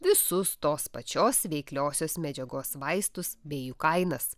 visus tos pačios veikliosios medžiagos vaistus bei jų kainas